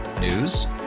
News